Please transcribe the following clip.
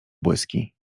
błyski